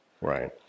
Right